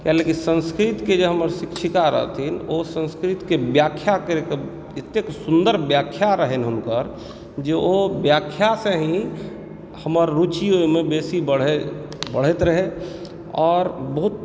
किया लऽ कऽ संस्कृत के जे हमर शिक्षिका रहथिन ओऽ संस्कृत के व्याख्या करए के अत्तेक सुन्दर व्याख्या रहनि हुनकर जे ओ व्याख्या से ही हमर रुचि ओहिमे बेसी बढ़ैत बढ़ैत रहे आओर बहुत